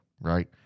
right